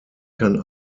kann